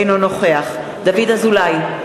אינו נוכח דוד אזולאי,